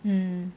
mm